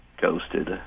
ghosted